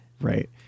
Right